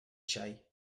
xai